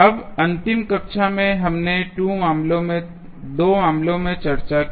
अब अंतिम कक्षा में हमने 2 मामलों पर चर्चा की